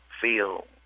feel